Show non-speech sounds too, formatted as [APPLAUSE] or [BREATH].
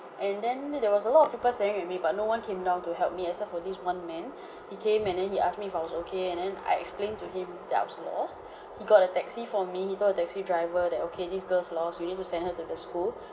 and then there was a lot of people staying with me but no one came down to help me except for this one man [BREATH] he came and then he asked me if I was okay and then I explain to him that I was lost [BREATH] he got a taxi for me he saw a taxi driver that okay this girl's lost you need to send her to the school [BREATH]